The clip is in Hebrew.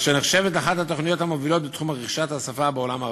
אשר נחשבת לאחת מהתוכניות המובילות בתחום רכישת השפה בעולם הערבי,